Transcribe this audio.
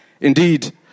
Indeed